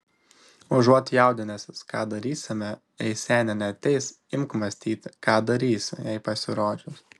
užuot jaudinęsis ką darysime jei senė neateis imk mąstyti ką darysi jai pasirodžius